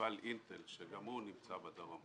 במפעל אינטל שגם הוא נמצא בדרום.